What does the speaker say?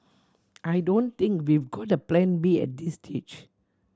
I don't think we've got a Plan B at this stage